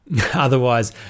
Otherwise